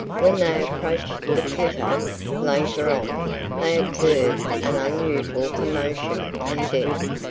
when they approached the flitter later on they observed an unusual commotion on deck.